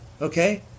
Okay